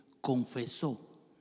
confesó